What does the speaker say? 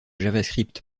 javascript